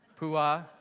Pua